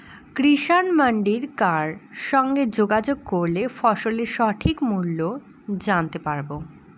কিষান মান্ডির কার সঙ্গে যোগাযোগ করলে ফসলের সঠিক মূল্য জানতে পারবো?